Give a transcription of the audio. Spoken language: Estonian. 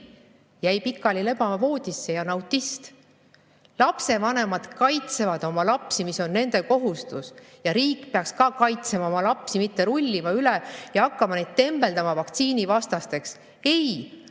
jäi pikali lebama voodisse ja on autist. Lapsevanemad kaitsevad oma lapsi, mis ongi nende kohustus. Ja riik peaks ka kaitsma oma lapsi, mitte rullima üle ja hakkama neid tembeldama vaktsiinivastasteks. Ei,